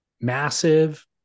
massive